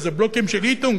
באיזה בלוקים של "איטונג".